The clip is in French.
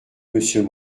monsieur